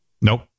Nope